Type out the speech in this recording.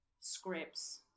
scripts